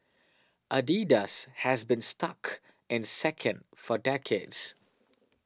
Adidas has been stuck in second for decades